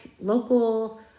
local